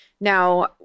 Now